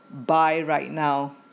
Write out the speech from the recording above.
buy right now